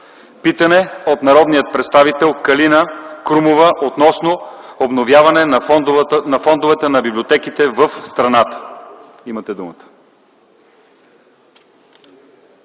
питане от народния представител Калина Крумова, относно обновяване на фондовете на библиотеките в страната. Имате думата.